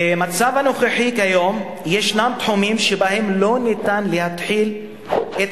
במצב הנוכחי יש תחומים שבהם לא ניתן להתחיל את